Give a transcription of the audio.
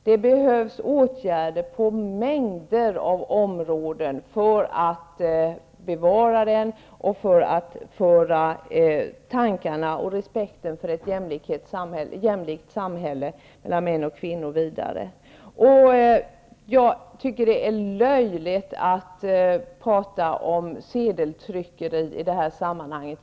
Det behövs åtgärder på mängder av områden för att bevara den och för att föra tankarna om och respekten för ett jämlikt samhälle vidare. Jag tycker att det är löjligt att prata om sedeltryckeri i det här sammanhanget.